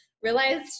Realized